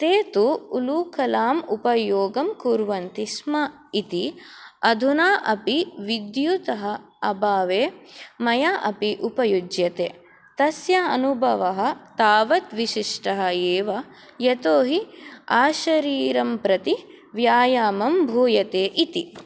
ते तु उलूखलाम् उपयोगं कुर्वन्ति स्म इति अधुना अपि विद्युतः अभावे मया अपि उपयुज्यते तस्य अनुभव तावद् विशिष्ट एव यतोहि आशरीरं प्रति व्यायामं भूयते इति